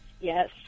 yes